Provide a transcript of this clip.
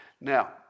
Now